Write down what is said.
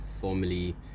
formally